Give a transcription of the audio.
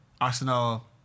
Arsenal